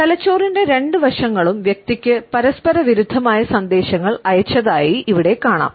തലച്ചോറിന്റെ രണ്ട് വശങ്ങളും വ്യക്തിക്ക് പരസ്പരവിരുദ്ധമായ സന്ദേശങ്ങൾ അയച്ചതായി ഇവിടെ കാണാം